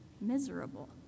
miserable